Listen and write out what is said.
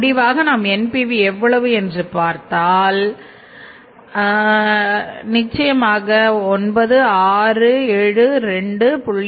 முடிவாக நாம் NPV எவ்வளவு என்று பார்த்தால் 9672